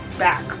back